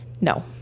No